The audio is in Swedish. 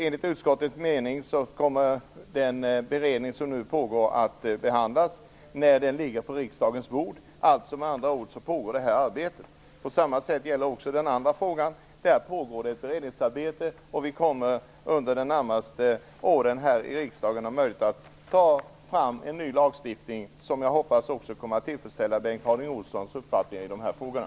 Enligt utskottets mening kommer resultatet av den beredning som nu pågår att behandlas när ärendet ligger på riksdagens bord, med andra ord så pågår det här arbetet. Samma sak gäller också den andra frågan. Där pågår det ett beredningsarbete. Vi kommer under de närmaste åren här i riksdagen att ha möjlighet att ta fram en ny lagstiftning som jag hoppas också kommer att tillfredsställa Bengt Harding Olsons uppfattningar i de här frågorna.